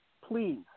Please